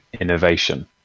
innovation